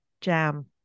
jam